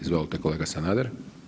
Izvolite kolega Sanader.